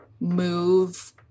move